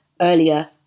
earlier